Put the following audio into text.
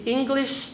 English